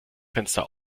fenster